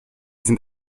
sind